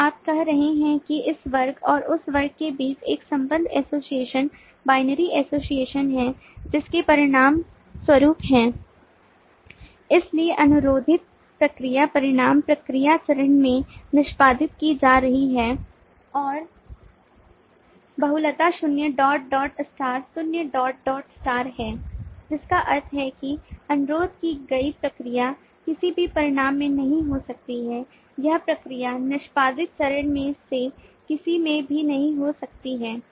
तो आप कह रहे हैं कि इस वर्ग और इस वर्ग के बीच एक संबंध एसोसिएशन binary एसोसिएशन है जिसके परिणामस्वरूप है इसलिए अनुरोधित प्रक्रिया परिणाम प्रक्रिया चरण में निष्पादित की जा रही है और बहुलता शून्य डॉट डॉट स्टार शून्य डॉट डॉट स्टार है जिसका अर्थ है कि अनुरोध की गई प्रक्रिया किसी भी परिणाम में नहीं हो सकती है यह प्रक्रिया निष्पादित चरण में से किसी में भी नहीं हो सकती है